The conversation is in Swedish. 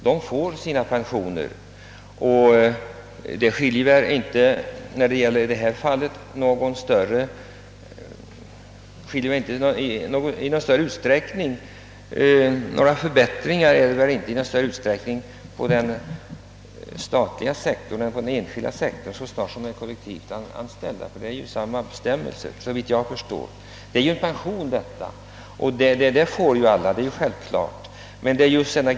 Det är väl inte bättre ordnat inom den statliga sektorn än inom den enskilda för de kollektivanställda. Bestämmelserna är såvitt jag vet desamma och pensionen får givetvis alla.